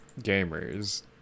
gamers